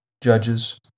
Judges